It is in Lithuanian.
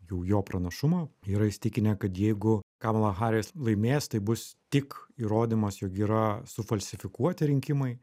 jau jo pranašumą jie yra įsitikinę kad jeigu kamala haris laimės tai bus tik įrodymas jog yra sufalsifikuoti rinkimai